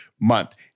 month